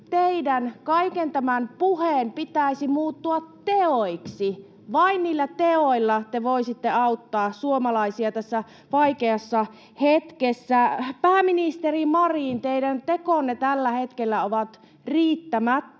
teidän kaiken tämän puheen pitäisi muuttua teoiksi? Vain niillä teoilla te voisitte auttaa suomalaisia tässä vaikeassa hetkessä. Pääministeri Marin, teidän tekonne ovat tällä hetkellä riittämättömiä.